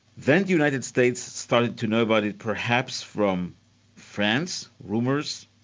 then the united states started to know about it perhaps from france, rumours,